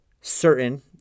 certain